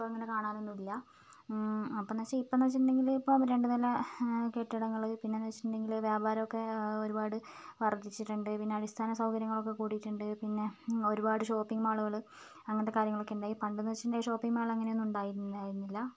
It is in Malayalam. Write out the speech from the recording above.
ഇപ്പോ അങ്ങനെ കാണാനൊന്നുല്ലാ അപ്പോൾ എന്ന് വെച്ചാൽ ഇപ്പോൾ എന്ന് വെച്ചിട്ടുണ്ടെങ്കിൽ ഇപ്പോൾ രണ്ട് നില കെട്ടിടങ്ങൾ പിന്നെ എന്ന് വെച്ചിട്ടുണ്ടെങ്കിൽ വ്യാപാരം ഒക്കെ ഒരുപാട് വർദ്ധിച്ചിട്ടുണ്ട് പിന്നെ അടിസ്ഥാന സൗകര്യങ്ങളൊക്കെ കൂടിയിട്ടുണ്ട് പിന്നെ ഒരുപാട് ഷോപ്പിംഗ് മാളുകൾ അങ്ങനത്തെ കാര്യങ്ങളൊക്കെയുണ്ടായി പണ്ടെന്ന് വെച്ചിട്ടുണ്ടെങ്കിൽ ഷോപ്പിംഗ് മാൾ അങ്ങനെ ഒന്നും ഉണ്ടായിരുന്നില്ല